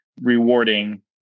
rewarding